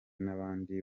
n’abandi